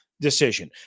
decision